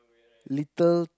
little